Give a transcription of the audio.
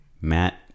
matt